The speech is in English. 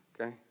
okay